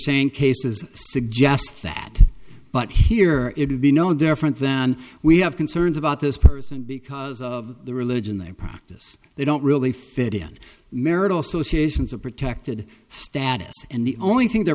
saying cases suggest that but here it would be no different than we have concerns about this person because of the religion they practice they don't really fit in marital associations are protected status and the only thing they're